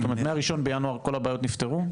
זאת אומרת, מה-1 בינואר כל הבעיות נפתרו?